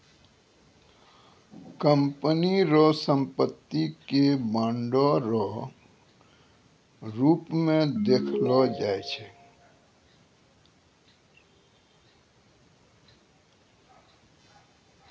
company रो संपत्ति के बांडो रो रूप मे देखलो जाय छै